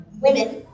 Women